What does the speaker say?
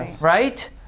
right